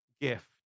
gift